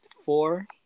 four